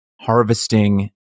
harvesting